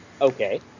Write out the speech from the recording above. okay